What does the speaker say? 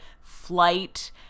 flight